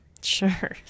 Sure